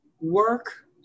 work